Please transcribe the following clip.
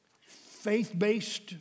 faith-based